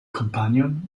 companion